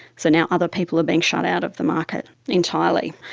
so now other people are being shut out of the market entirely.